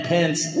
Pence